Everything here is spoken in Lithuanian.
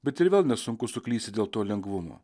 bet ir vėl nesunku suklysti dėl to lengvumo